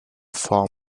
form